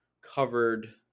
covered